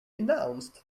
announced